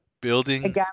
Building